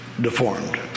Deformed